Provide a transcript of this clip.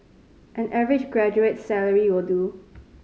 an average graduate's salary will do